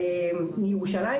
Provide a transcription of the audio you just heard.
ירושלים